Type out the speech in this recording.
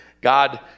God